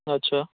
اچھا